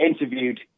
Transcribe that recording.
interviewed